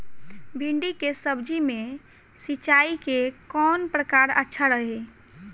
भिंडी के सब्जी मे सिचाई के कौन प्रकार अच्छा रही?